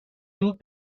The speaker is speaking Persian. دوگ